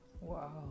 Wow